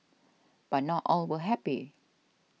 but not all were happy